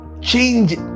change